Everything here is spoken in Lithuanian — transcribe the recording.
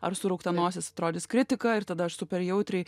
ar suraukta nosis atrodys kritika ir tada aš superjautriai